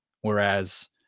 whereas